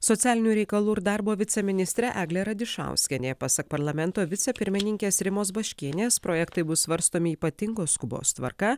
socialinių reikalų ir darbo viceministrė eglė radišauskienė pasak parlamento vicepirmininkės rimos baškienės projektai bus svarstomi ypatingos skubos tvarka